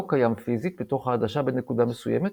קיים פיזית בתוך העדשה בנקודה מסוימת,